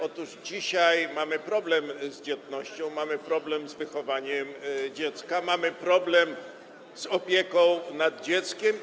Otóż dzisiaj mamy problem z dzietnością, mamy problem z wychowaniem dziecka, mamy problem z opieką nad dzieckiem.